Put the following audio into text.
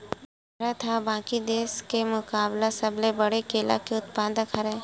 भारत हा बाकि देस के मुकाबला सबले बड़े केला के उत्पादक हरे